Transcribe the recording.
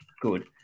good